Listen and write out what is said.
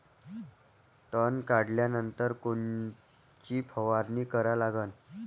तन काढल्यानंतर कोनची फवारणी करा लागन?